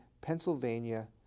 Pennsylvania